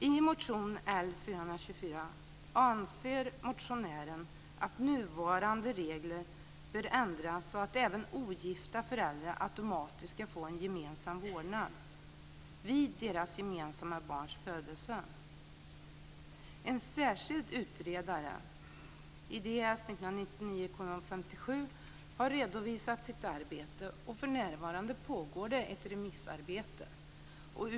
I motion L424 anser motionären att nuvarande regler bör ändras så att även ogifta föräldrar automatiskt ska få gemensam vårdnad vid deras gemensamma barns födelse. En särskild utredare har redovisat sitt arbete angående detta i Ds 1999:57, och det pågår ett remissarbete för närvarande.